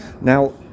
Now